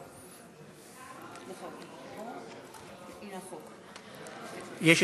דב,